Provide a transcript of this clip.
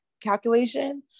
calculation